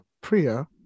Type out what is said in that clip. Priya